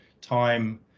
time